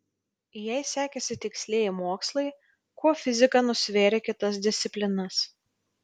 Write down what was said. jei sekėsi tikslieji mokslai kuo fizika nusvėrė kitas disciplinas